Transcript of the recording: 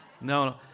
No